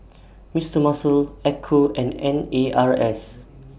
Mister Muscle Ecco and N A R S